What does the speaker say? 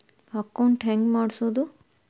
Account ಹೆಂಗ್ ಮಾಡ್ಸೋದು?